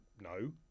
no